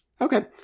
Okay